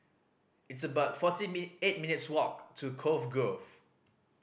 it's about forty eight minutes' walk to Cove Grove